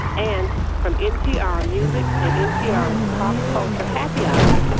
and from npr music and npr's pop culture happy hour,